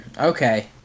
okay